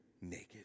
naked